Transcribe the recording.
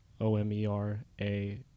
O-M-E-R-A